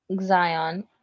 Zion